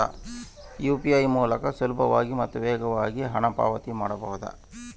UPI ಮೂಲಕ ಸುಲಭವಾಗಿ ಮತ್ತು ವೇಗವಾಗಿ ಹಣ ಪಾವತಿ ಮಾಡಬಹುದಾ?